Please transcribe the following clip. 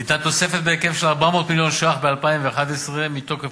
היתה תוספת בהיקף של 400 מיליון ש"ח ב-2011 מתוקף